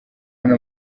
hano